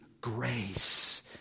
grace